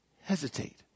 hesitate